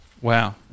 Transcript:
Wow